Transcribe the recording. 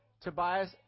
Tobias